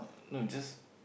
no just